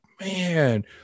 man